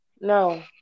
No